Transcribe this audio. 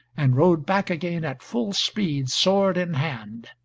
and rode back again at full speed, sword in hand.